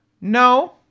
No